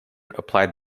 applied